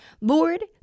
Lord